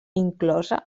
inclosa